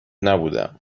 نبودم